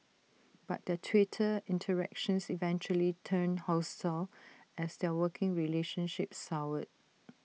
but their Twitter interactions eventually turned hostile as their working relationship soured